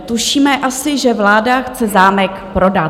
Tušíme asi, že vláda chce zámek prodat.